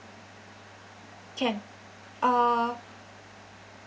can uh